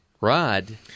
Rod